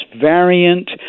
variant